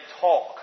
talk